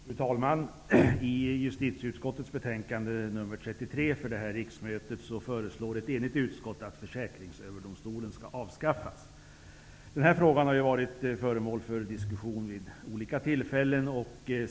Fru talman! I justitieutskottets betänkande nr 33 för det här riksmötet föreslår ett enigt utskott att Den här frågan har varit föremål för diskussion vid olika tillfällen.